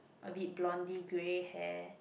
a bit blondie grey hair